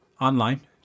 Online